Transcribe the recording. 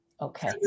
Okay